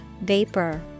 vapor